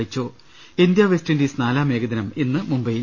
വെച്ചു India West Indies നാലാം ഏകദിനം ഇന്ന് മുംബൈയിൽ